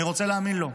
אני רוצה להאמין לו.